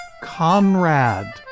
Conrad